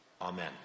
Amen